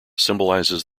symbolizes